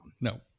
No